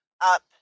up